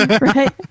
Right